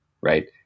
right